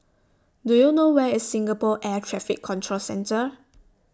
Do YOU know Where IS Singapore Air Traffic Control Centre